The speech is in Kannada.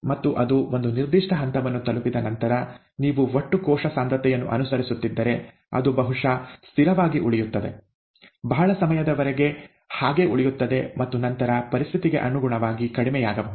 ಮತ್ತು ಅದು ಒಂದು ನಿರ್ದಿಷ್ಟ ಹಂತವನ್ನು ತಲುಪಿದ ನಂತರ ನೀವು ಒಟ್ಟು ಕೋಶ ಸಾಂದ್ರತೆಯನ್ನು ಅನುಸರಿಸುತ್ತಿದ್ದರೆ ಅದು ಬಹುಶಃ ಸ್ಥಿರವಾಗಿ ಉಳಿಯುತ್ತದೆ ಬಹಳ ಸಮಯದವರೆಗೆ ಹಾಗೇ ಉಳಿಯುತ್ತದೆ ಮತ್ತು ನಂತರ ಪರಿಸ್ಥಿತಿಗೆ ಅನುಗುಣವಾಗಿ ಕಡಿಮೆಯಾಗಬಹುದು